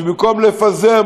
במקום לפזר,